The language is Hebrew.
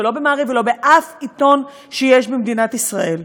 ולא ב"מעריב" ולא באף עיתון שיש במדינת ישראל.